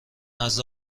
نزد